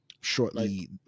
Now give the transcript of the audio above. Shortly